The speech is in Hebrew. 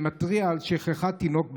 שמתריע על שכחת תינוק ברכב,